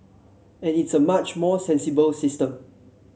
and it's a much more sensible system